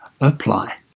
apply